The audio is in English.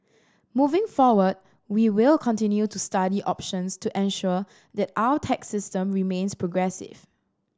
moving forward we will continue to study options to ensure that our tax system remains progressive